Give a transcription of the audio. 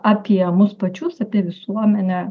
apie mus pačius apie visuomenę